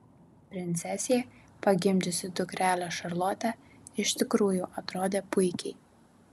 princesė pagimdžiusi dukrelę šarlotę iš tikrųjų atrodė puikiai